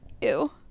Ew